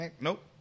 nope